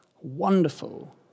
wonderful